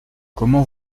comment